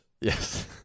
Yes